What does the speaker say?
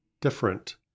different